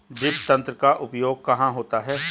Drip तंत्र का उपयोग कहाँ होता है?